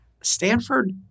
Stanford